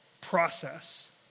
process